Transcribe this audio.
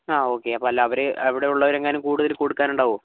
ആ ഓക്കെ അപ്പോൾ അല്ല അവർ അവിടെ ഉള്ളവരെങ്ങാനും കൂടുതൽ കൊടുക്കാനുണ്ടാവുമോ